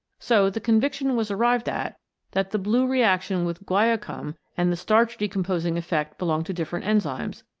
so the conviction was arrived at that the blue reaction with guaiacum and the starch-decom posing effect belong to different enzymes,